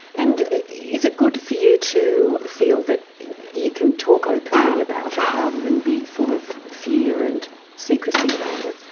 and is it good for you to feel that you can talk openly about it rather than be full of fear and secrecy around it?